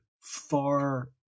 far